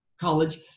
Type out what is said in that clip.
college